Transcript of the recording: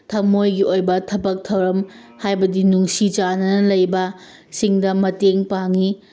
ꯊꯃꯣꯏꯒꯤ ꯑꯣꯏꯕ ꯊꯕꯛ ꯊꯧꯔꯝ ꯍꯥꯏꯕꯗꯤ ꯅꯨꯡꯁꯤ ꯆꯥꯟꯅꯅ ꯂꯩꯕꯁꯤꯡꯗ ꯃꯇꯦꯡ ꯄꯥꯡꯏ